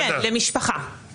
כן, למשפחה.